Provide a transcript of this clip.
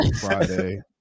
Friday